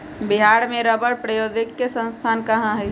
बिहार में रबड़ प्रौद्योगिकी के संस्थान कहाँ हई?